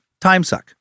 timesuck